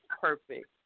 perfect